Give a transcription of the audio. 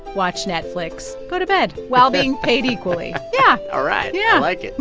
watch netflix, go to bed while being paid equally. yeah all right yeah i like it